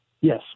Yes